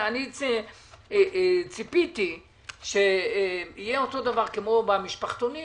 ציפיתי שיהיה אותו דבר כמו במשפחתונים